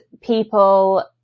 people